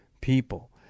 people